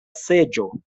seĝo